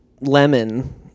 Lemon